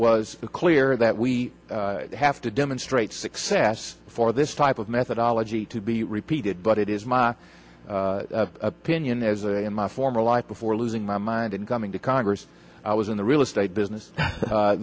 was clear that we have to demonstrate success for this type of methodology to be repeated but it is my opinion as a in my former life before losing my mind in coming to congress i was in the real estate business